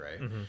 Right